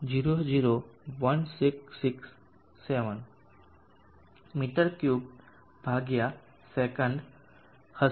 001667 મી3 સે હશે